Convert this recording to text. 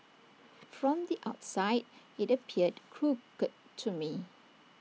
from the outside IT appeared crooked to me